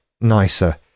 nicer